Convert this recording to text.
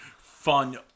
fun